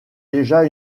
déjà